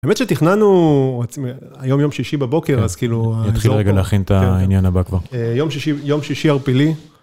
האמת שתכננו היום, יום שישי בבוקר, אז כאילו... אני אתחיל רגע להכין את העניין הבא כבר. יום שישי, יום שישי ערפילי.